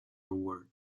award